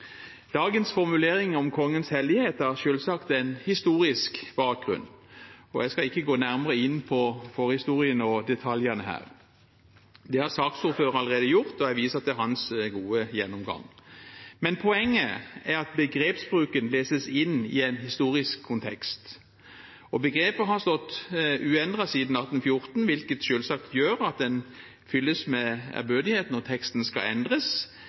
Dagens formulering om kongens hellighet har selvsagt en historisk bakgrunn. Jeg skal ikke gå nærmere inn på forhistorien og detaljene her, det har saksordføreren allerede gjort, og jeg viser til hans gode gjennomgang. Poenget er at begrepsbruken leses inn i en historisk kontekst. Begrepet har stått uendret siden 1814, hvilket selvsagt gjør at en fylles med ærbødighet når teksten skal endres,